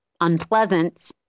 unpleasant